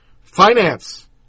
finance